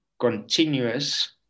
continuous